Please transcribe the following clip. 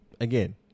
again